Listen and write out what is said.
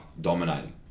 dominating